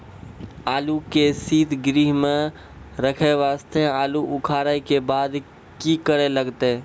आलू के सीतगृह मे रखे वास्ते आलू उखारे के बाद की करे लगतै?